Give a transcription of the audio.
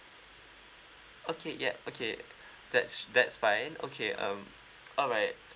okay ya okay that's that's fine okay um alright